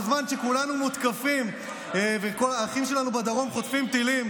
בזמן שכולנו מותקפים והאחים שלנו בדרום חוטפים טילים,